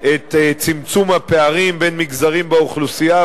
את צמצום הפערים בין מגזרים באוכלוסייה,